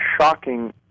shocking